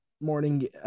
morning